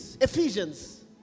Ephesians